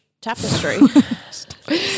tapestry